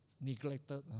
neglected